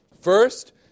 First